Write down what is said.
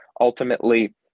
Ultimately